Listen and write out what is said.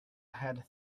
had